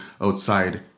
outside